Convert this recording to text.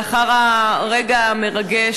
לאחר הרגע המרגש,